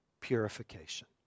purification